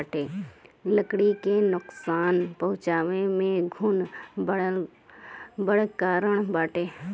लकड़ी के नुकसान पहुंचावे में घुन बड़ कारण बाटे